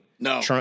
No